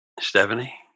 Stephanie